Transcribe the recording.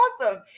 awesome